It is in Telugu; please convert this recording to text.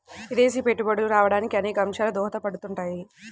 విదేశీ పెట్టుబడులు రావడానికి అనేక అంశాలు దోహదపడుతుంటాయి